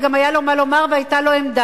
וגם היה לו מה לומר והיתה לו עמדה,